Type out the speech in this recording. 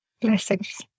blessings